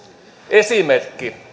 esimerkki